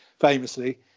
famously